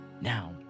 Now